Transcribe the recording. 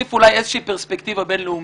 להוסיף אולי פרספקטיבה בין-לאומית.